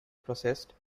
processed